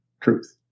truth